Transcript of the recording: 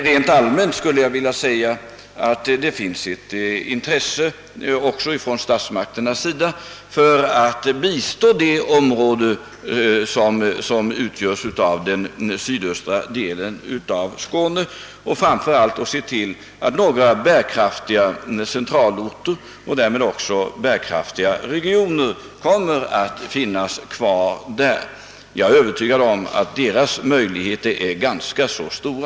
Rent allmänt vill jag säga att statsmakterna har ett intresse av att bistå det område som utgörs av den sydöstra delen av Skåne och då framför allt se till att några bärkraftiga centralorter och därmed bärkraftiga regioner kommer att finnas kvar där. Jag är övertygad om att möjligheterna härvidlag är ganska stora.